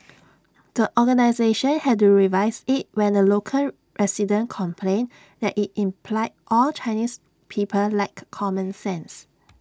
the organisation had to revise IT when A local resident complained that IT implied all Chinese people lacked common sense